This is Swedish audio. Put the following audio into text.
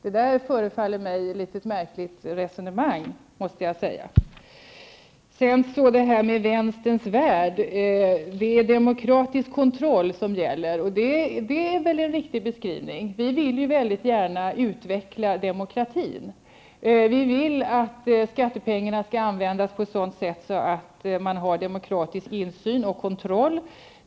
Det förefaller mig vara ett märkligt resonemang. Sedan har vi vänsterns värld och att demokratisk kontroll är det som gäller. Det är en riktig beskrivning. Vi i vänsterpartiet vill gärna utveckla demokratin. Vi vill att skattepengarna skall användas på ett sådant sätt att man får demokratisk insyn och kontroll.